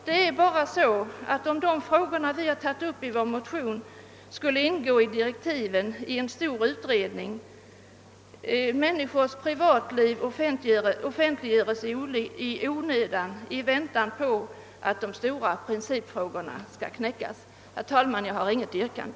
Men om de frågor vi har tagit upp i vår motion skulle ingå i direktiven till en ny stor utredning kommer människors privatliv — i väntan på att de stora principfrågorna löses — att offentliggöras i onödan. Herr talman! Jag har inget yrkande.